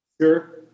Sure